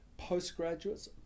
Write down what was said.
Postgraduates